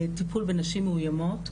טיפול בנשים מאוימות.